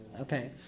Okay